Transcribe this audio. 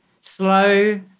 Slow